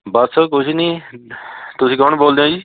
ਬਸ ਕੁਝ ਨਹੀਂ ਤੁਸੀਂ ਕੌਣ ਬੋਲਦੇ ਉ ਜੀ